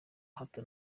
hato